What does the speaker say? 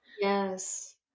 Yes